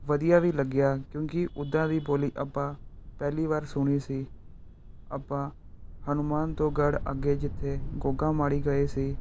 ਵਧੀਆ ਵੀ ਲੱਗਿਆ ਕਿਉਂਕਿ ਉੱਦਾਂ ਦੀ ਬੋਲੀ ਆਪਾਂ ਪਹਿਲੀ ਵਾਰ ਸੁਣੀ ਸੀ ਆਪਾਂ ਹਨੂੰਮਾਨ ਤੋਂ ਗੜ੍ਹ ਅੱਗੇ ਜਿੱਥੇ ਗੋਗਾ ਮਾੜੀ ਗਏ ਸੀ